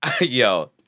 Yo